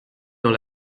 dans